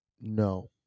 no